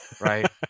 right